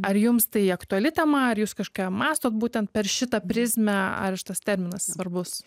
ar jums tai aktuali tema ar jūs kažką mąstot būtent per šitą prizmę ar šitas terminas svarbus